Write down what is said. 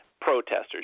protesters